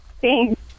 Thanks